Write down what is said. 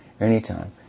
anytime